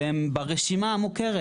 שהם ברשימה המוכרת.